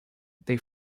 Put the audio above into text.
they